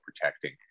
protecting